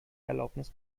erlaubnis